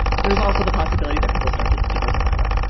there's also the possibility that people started diversify away